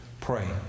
Pray